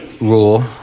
rule